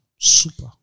Super